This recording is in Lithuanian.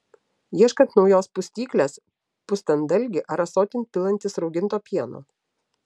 ieškant naujos pustyklės pustant dalgį ar ąsotin pilantis rauginto pieno